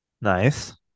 Nice